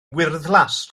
wyrddlas